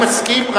אני מסכים,